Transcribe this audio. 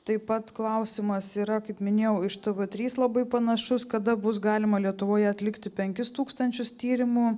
taip pat klausimas yra kaip minėjau iš tv trys labai panašus kada bus galima lietuvoje atlikti penkis tūkstančius tyrimų